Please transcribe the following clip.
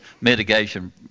mitigation